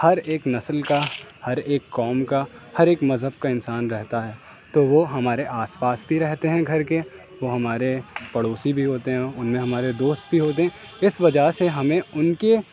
ہر ایک نسل کا ہر ایک قوم کا ہر ایک مذہب کا انسان رہتا ہے تو وہ ہمارے آس پاس بھی رہتے ہیں گھر کے وہ ہمارے پڑوسی بھی ہوتے ہیں ان میں ہمارے دوست بھی ہوتے ہیں اس وجہ سے ہمیں ان کے